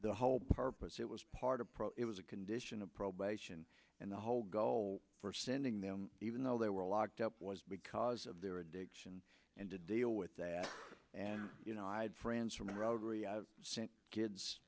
the whole purpose it was part of it was a condition of probation and the whole goal for sending them even though they were locked up was because of their addiction and to deal with that and you know i had friends from rotary i sent kids